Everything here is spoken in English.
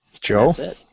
Joe